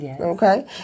Okay